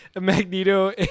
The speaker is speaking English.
Magneto